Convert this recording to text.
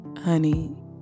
honey